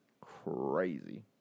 crazy